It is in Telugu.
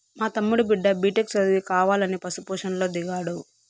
మా తమ్ముడి బిడ్డ బిటెక్ చదివి కావాలని పశు పోషణలో దిగాడు